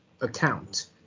account